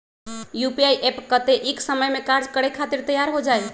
UPI app कतेइक समय मे कार्य करे खातीर तैयार हो जाई?